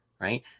right